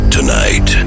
Tonight